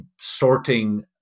sorting